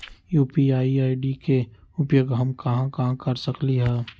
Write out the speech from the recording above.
UPI ID के उपयोग हम कहां कहां कर सकली ह?